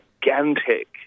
gigantic